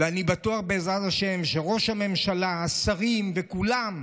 אני בטוח, בעזרת השם, שראש הממשלה, השרים וכולם,